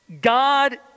God